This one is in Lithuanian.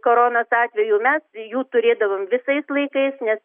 koronos atveju mes jų turėdavom visais laikais nes